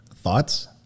Thoughts